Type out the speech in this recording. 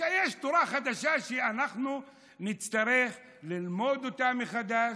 יש תורה חדשה שאנחנו נצטרך ללמוד אותה מחדש,